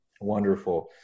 Wonderful